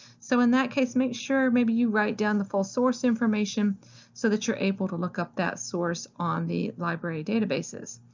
so in that case, make sure maybe you write down the full source information so that you're able to look up that source on the library databases.